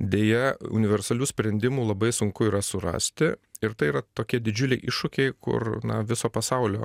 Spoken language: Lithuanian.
deja universalių sprendimų labai sunku yra surasti ir tai yra tokie didžiuliai iššūkiai kur na viso pasaulio